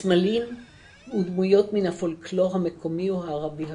הסמלים ודמויות מן הפולקלור המקומי או הערבי הכללי.